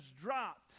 dropped